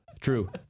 True